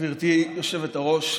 גברתי היושבת-ראש,